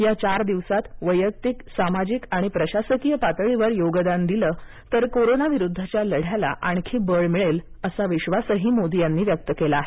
या चार दिवसांत वैयक्तिक सामाजिक आणि प्रशासकीय पातळीवर योगदान दिलं तर कोरोनाविरुद्धच्या लढ्याला आणखी बळ मिळेल असा विश्वासही मोदी यांनी व्यक्त केला आहे